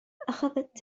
أخذت